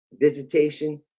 visitation